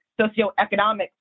socioeconomic